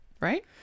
right